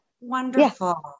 wonderful